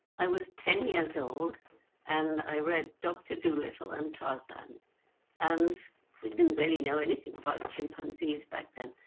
i was ten years old and i read dr. dolittle and tarzan and we didn't really know anything about chimpanzees back then.